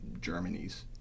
Germany's